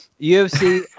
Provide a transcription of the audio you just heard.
UFC